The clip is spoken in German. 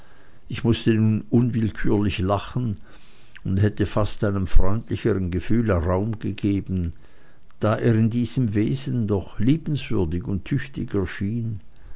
ich mußte unwillkürlich lachen und hätte fast einem freundlichern gefühle raum gegeben da er in diesem wesen doch liebenswürdig und tüchtig erschien